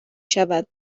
شود